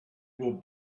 will